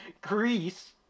Greece